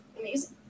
amazing